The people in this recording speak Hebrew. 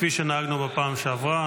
כפי שנהגנו בפעם שעברה,